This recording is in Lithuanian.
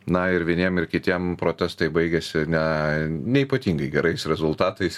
na ir vieniem ir kitiem protestai baigėsi ne ne ypatingai gerais rezultatais